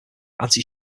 anti